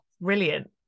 brilliant